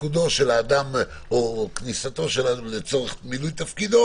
לתפקודו של האדם או כניסתו לצורך מילוי תפקידו